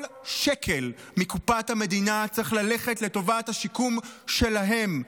כל שקל מקופת המדינה צריך ללכת לטובת השיקום שלהם,